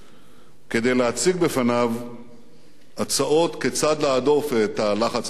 כדי להציג בפניו הצעות כיצד להדוף את הלחץ האמריקני הזה.